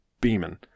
beaming